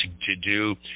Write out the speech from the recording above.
to-do